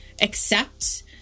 accept